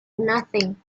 nothing